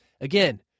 Again